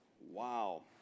Wow